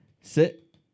Sit